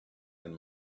and